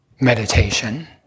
meditation